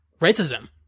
racism